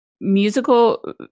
musical